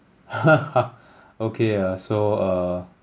okay uh so uh